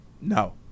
no